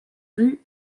rue